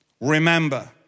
remember